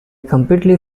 completely